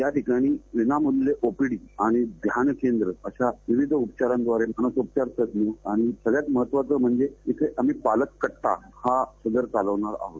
या ठिकाणी विनामृल्य ओपीडी आणि ध्यानकेंद्र अशा विविध उपचारांद्वारे मानसोपचारतज्ञ आणि सगळ्यात महत्वाचं म्हणजे शिं पालक कट्टा हा उपक्रम चालविणार आहोत